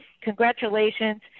congratulations